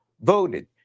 voted